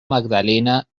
magdalena